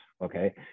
okay